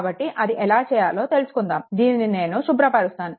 కాబట్టి అది ఎలా చేయాలో తెలుసుకుందాము దీనిని నేను శుభ్రపరుస్తాను